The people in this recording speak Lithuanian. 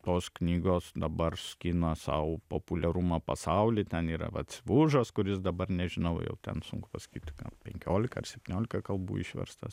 tos knygos dabar skina sau populiarumą pasauly ten yra vat bužas kuris dabar nežinau jau ten sunku pasakyti penkiolika ar septyniolika kalbų išverstas